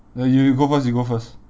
no you you go first you go first